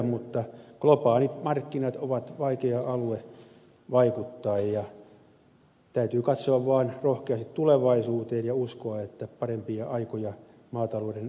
mutta globaalit markkinat ovat vaikea alue vaikuttaa ja täytyy katsoa vaan rohkeasti tulevaisuuteen ja uskoa että parempia aikoja maatalouden kannattavuudenkin osalta edessä olisi